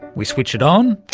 we switch it on,